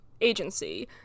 agency